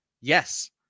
yes